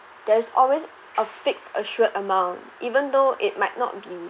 there's always a fixed assured amount even though it might not be